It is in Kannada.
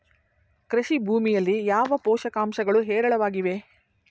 ಕೃಷಿ ಭೂಮಿಯಲ್ಲಿ ಯಾವ ಪೋಷಕಾಂಶಗಳು ಹೇರಳವಾಗಿವೆ?